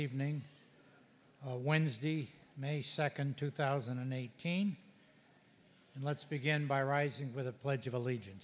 evening wednesday may second two thousand and eighteen and let's begin by rising with the pledge of allegi